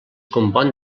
compon